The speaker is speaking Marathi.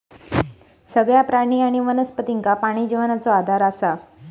सगळ्या प्राणी आणि वनस्पतींका पाणी जिवनाचो आधार असा